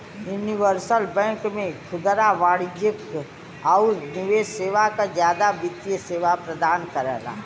universal bank में खुदरा वाणिज्यिक आउर निवेश सेवा क जादा वित्तीय सेवा प्रदान करला